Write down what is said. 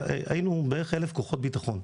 היינו בערך 1,000 כוחות ביטחון.